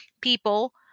people